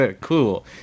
Cool